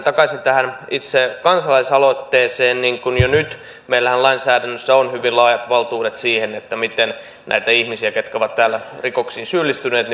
takaisin tähän itse kansalaisaloitteeseen niin meillähän on jo nyt lainsäädännössä hyvin laajat valtuudet siihen miten näitä ihmisiä jotka ovat täällä rikoksiin syyllistyneet